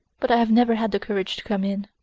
but i have never had the courage to come in.